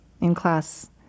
in-class